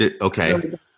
Okay